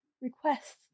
Requests